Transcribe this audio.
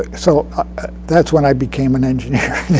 ah so that's when i became an engineer.